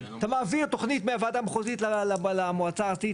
אתה מעביר תוכנית מהוועדה המחוזית למועצה הארצית,